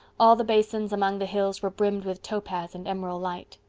all the basins among the hills were brimmed with topaz and emerald light.